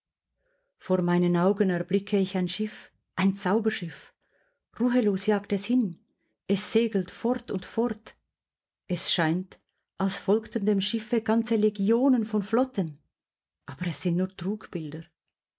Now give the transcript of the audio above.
vor meinen augen erblicke ich ein schiff ein zauberschiff ruhelos jagt es hin es segelt fort und fort es scheint als folgten dem schiffe ganze legionen von flotten aber es sind nur